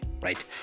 right